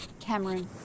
Cameron